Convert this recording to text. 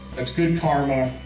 that's good karma.